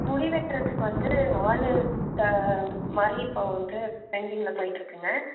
முடி வெட்டுறதுக்கு வந்து நாலு த மாதிரி இப்போ வந்து ட்ரெண்டிங்கில் போயிட் இருக்குங்க